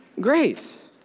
Grace